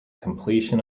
completion